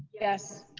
yes.